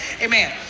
Amen